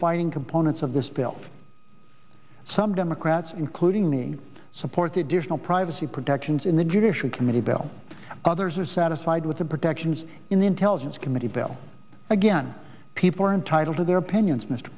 fighting components of this bill some democrats including me support the additional privacy protections in the judicial committee bill others are satisfied with the directions in the intelligence committee bill again people are entitled to their opinions mr